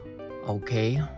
okay